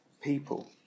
people